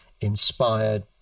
inspired